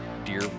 dear